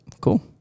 Cool